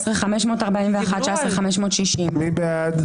18,621 עד 18,640. מי בעד?